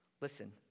Listen